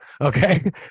okay